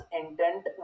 intent